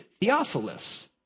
Theophilus